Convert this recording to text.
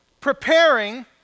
preparing